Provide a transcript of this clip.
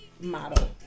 model